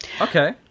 okay